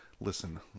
Listen